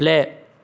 play